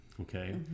okay